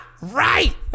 right